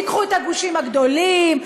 תיקחו את הגושים הגדולים,